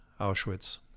Auschwitz